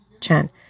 Chan